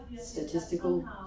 statistical